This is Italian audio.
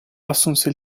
assunse